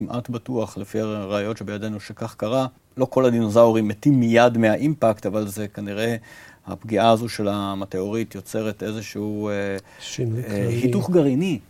כמעט בטוח, לפי הראיות שבידינו שכך קרה, לא כל הדינוזאורים מתים מיד מהאימפקט, אבל זה כנראה, הפגיעה הזו של המטאוריט יוצרת איזשהו היתוך גרעיני.